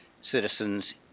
citizens